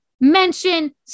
mention